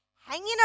hanging